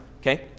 Okay